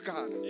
God